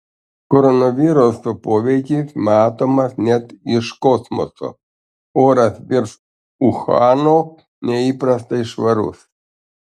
koronaviruso poveikis matomas net iš kosmoso oras virš uhano neįprastai švarus